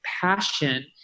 passion